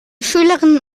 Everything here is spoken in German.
schülerinnen